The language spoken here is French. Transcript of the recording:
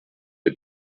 les